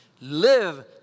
Live